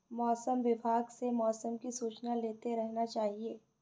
मौसम विभाग से मौसम की सूचना लेते रहना चाहिये?